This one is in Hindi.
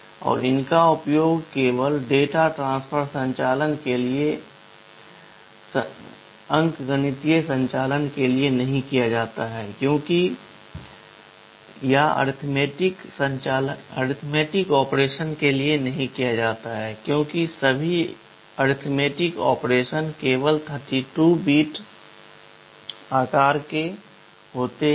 और इनका उपयोग केवल डेटा ट्रांसफर संचालन के लिए अंकगणितीय संचालन के लिए नहीं किया जाता है क्योंकि सभी अंकगणितीय ऑपरेशन केवल 32 बिट्स के आकार के होते हैं